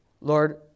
Lord